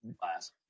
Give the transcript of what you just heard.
class